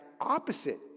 opposite